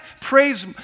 praise